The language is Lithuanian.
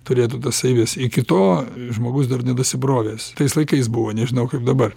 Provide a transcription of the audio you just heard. turėtų tasai vis iki to žmogus dar nedasibrovęs tais laikais buvo nežinau kaip dabar